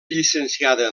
llicenciada